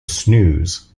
snooze